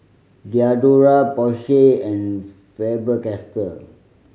Diadora Porsche and Faber Castell